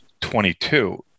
22